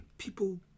people